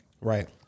right